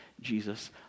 Jesus